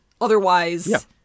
otherwise